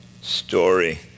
story